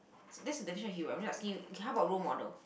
this is the definition of hero I'm just asking you okay how about role model